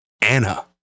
Anna